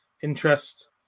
interest